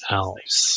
else